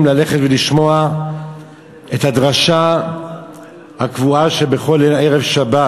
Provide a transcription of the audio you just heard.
ללכת ולשמוע את הדרשה הקבועה בכל ערב שבת.